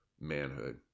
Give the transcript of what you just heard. manhood